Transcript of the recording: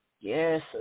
Yes